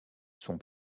sont